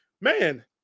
man